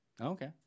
Okay